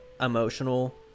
emotional